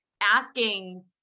asking